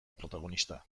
protagonista